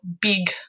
big